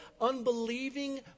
unbelieving